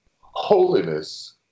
Holiness